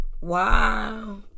wow